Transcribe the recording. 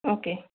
okay